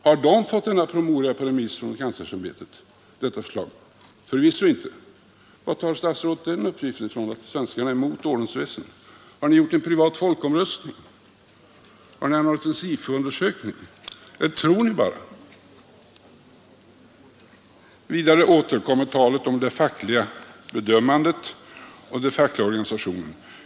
Har de fått detta förslag på remiss från ordenskanslersämbetet? Förvisso inte. Var tar statsrådet den uppgiften från att svenskarna är emot ordensväsendet? Har Ni gjort en privat folkomröstning? Har det skett en SIFO-undersökning eller tror ni bara? Talet om det fackliga bedömandet och de fackliga organisationerna endet är en negativ punkt. Hur återkommer.